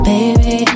Baby